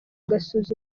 agasuzuguro